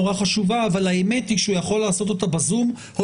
חשובה אבל האמת היא שהוא יכול לעשות אותה ב-זום או